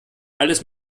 alles